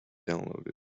downloaded